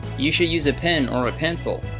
you shouldn't use a pen or a pencil.